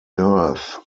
earth